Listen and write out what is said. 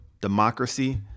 democracy